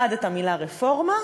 1. את המילה רפורמה,